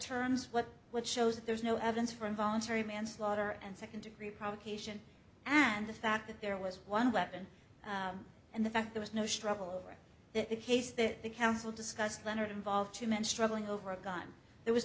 terms what what shows that there's no evidence for involuntary manslaughter and second degree provocation and the fact that there was one weapon and the fact there was no struggle that the case that the council discussed leonard involve two men struggling over a gun there was